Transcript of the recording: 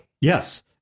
Yes